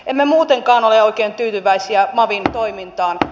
emme muutenkaan ole oikein tyytyväisiä mavin toimintaan